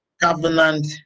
covenant